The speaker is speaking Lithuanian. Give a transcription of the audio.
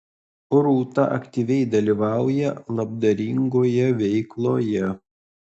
rūta aktyviai dalyvauja labdaringoje veikloje